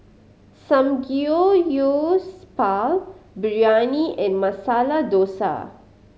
Samgeyopsal Biryani and Masala Dosa